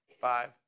Five